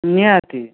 ନିହାତି